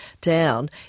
down